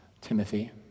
Timothy